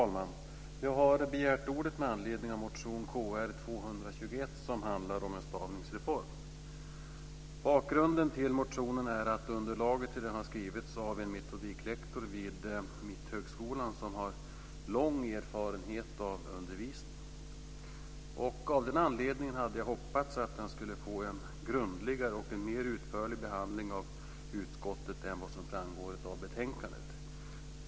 Fru talman! Jag har begärt ordet med anledning av motion Kr221 som handlar om en stavningsreform. Bakgrunden till motionen är att underlaget till den har skrivits av en metodiklektor vid Mitthögskolan som har lång erfarenhet av undervisning. Av den anledningen hade jag hoppats att den skulle få en grundligare och mer utförlig behandling av utskottet än vad som framgår av betänkandet.